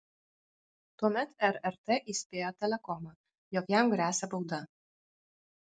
tuomet rrt įspėjo telekomą jog jam gresia bauda